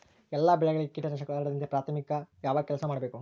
ಎಲ್ಲ ಬೆಳೆಗಳಿಗೆ ಕೇಟನಾಶಕಗಳು ಹರಡದಂತೆ ಪ್ರಾಥಮಿಕ ಯಾವ ಕೆಲಸ ಮಾಡಬೇಕು?